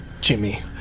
Jimmy